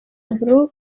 blue